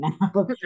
now